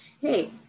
Hey